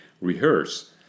rehearse